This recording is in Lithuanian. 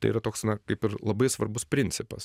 tai yra toks na kaip ir labai svarbus principas